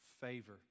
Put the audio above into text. favor